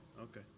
Okay